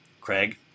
Craig